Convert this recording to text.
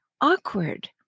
awkward